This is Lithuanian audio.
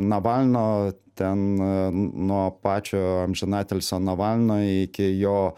navalno ten nuo pačio amžinatilsio navalno iki jo